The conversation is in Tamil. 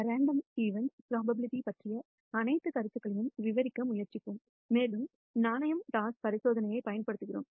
ரேண்டம் நிகழ்வுகள் ப்ரோபபிலிட்டி பற்றிய அனைத்து கருத்துகளையும் விவரிக்க முயற்சிப்போம் மேலும் நாணயம் டாஸ் பரிசோதனையைப் பயன்படுத்துகிறோம்